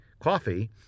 coffee